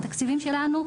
בתקציבים שלנו,